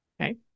Okay